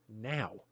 now